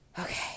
okay